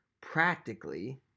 practically